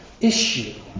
issue